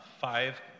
five